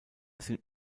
sind